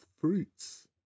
fruits